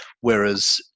whereas